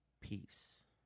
Peace